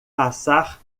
passar